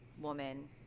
woman